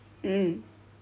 mm